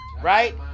Right